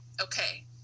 okay